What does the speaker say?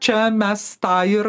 o čia mes tą ir